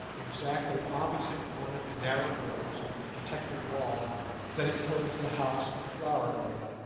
exactly opposite one of the narrow doors of the protecting wall that enclosed the house and flower garden.